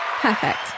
Perfect